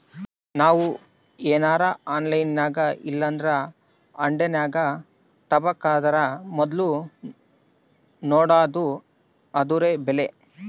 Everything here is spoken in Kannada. ನಾವು ಏನರ ಆನ್ಲೈನಿನಾಗಇಲ್ಲಂದ್ರ ಅಂಗಡ್ಯಾಗ ತಾಬಕಂದರ ಮೊದ್ಲು ನೋಡಾದು ಅದುರ ಬೆಲೆ